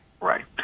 Right